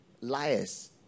liars